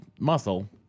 muscle